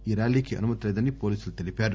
ఈ ర్యాలీకి అనుమతి లేదని పోలీసులు తెలిపారు